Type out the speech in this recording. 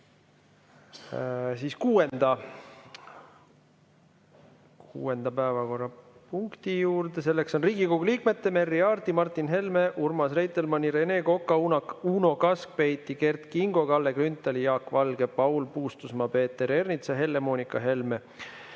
tänase kuuenda päevakorrapunkti juurde. See on Riigikogu liikmete Merry Aarti, Martin Helme, Urmas Reitelmanni, Rene Koka, Uno Kaskpeiti, Kert Kingo, Kalle Grünthali, Jaak Valge, Paul Puustusmaa, Peeter Ernitsa, Helle-Moonika Helme,